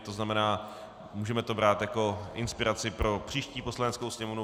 To znamená, můžeme to brát jako inspiraci pro příští Poslaneckou sněmovnu.